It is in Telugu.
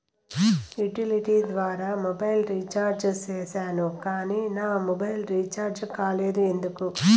యుటిలిటీ ద్వారా మొబైల్ రీచార్జి సేసాను కానీ నా మొబైల్ రీచార్జి కాలేదు ఎందుకు?